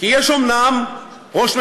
כי יש אומנם ראש ממשלה,